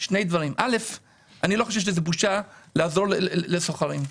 שיש בושה לעזור לסוחרים.